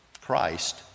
Christ